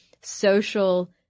social